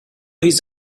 his